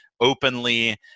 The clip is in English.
openly